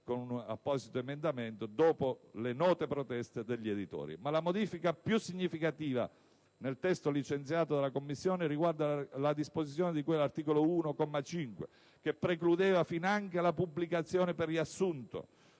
con apposito emendamento dopo le note proteste degli editori. Ma la modifica più significativa nel testo licenziato dalla Commissione riguarda la disposizione di cui all'articolo 1, comma 5, che precludeva finanche la pubblicazione per riassunto